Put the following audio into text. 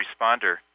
responder